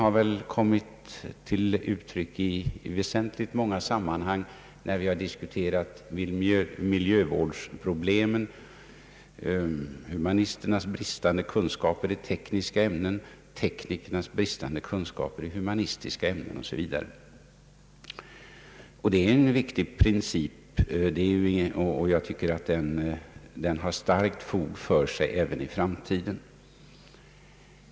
Det har kommit till uttryck i många sammanhang — när vi diskuterat miljövårdsproblemen, humanisternas bris tande kunskaper i tekniska ämnen, teknikernas bristande kunskaper i humanistiska ämnen osv. Detta är en viktig princip, och jag tycker att den har starkt fog för sig även i framtiden.